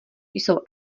jsou